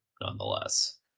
nonetheless